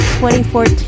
2014